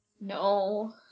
No